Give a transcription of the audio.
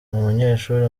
umunyeshuri